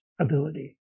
ability